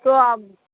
তো আপ